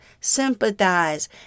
sympathize